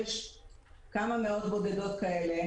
יש כמה מאות כאלה,